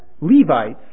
Levites